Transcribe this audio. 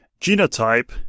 genotype